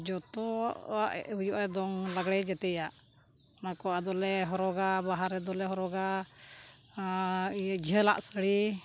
ᱡᱚᱛᱚᱣᱟᱜ ᱦᱩᱭᱩᱜᱼᱟ ᱫᱚᱝ ᱞᱟᱜᱽᱬᱮ ᱡᱚᱛᱚᱣᱟᱜ ᱚᱱᱟ ᱠᱚ ᱟᱫᱚᱞᱮ ᱦᱚᱨᱚᱜᱟ ᱵᱟᱦᱟ ᱨᱮᱫᱚᱞᱮ ᱦᱚᱨᱚᱜᱟ ᱤᱭᱟᱹ ᱡᱷᱟᱹᱞ ᱟᱜ ᱥᱟᱹᱲᱤ